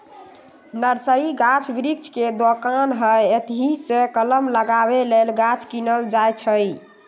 nursery गाछ वृक्ष के दोकान हइ एतहीसे कलम लगाबे लेल गाछ किनल जाइ छइ